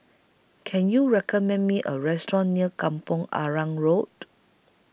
Can YOU recommend Me A Restaurant near Kampong Arang Road